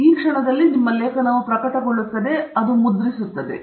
ಆದ್ದರಿಂದ ನಿಮ್ಮ ಲೇಖನವು ಪ್ರಕಟಗೊಳ್ಳುತ್ತದೆ ಅದು ಮುದ್ರಿಸುತ್ತದೆ